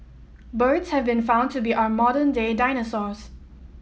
birds have been found to be our modern day dinosaurs